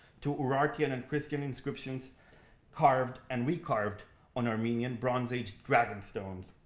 to urartian and christian inscriptions carved and recarved on armenian bronze aged dragons stones.